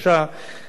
זה קשה מאוד.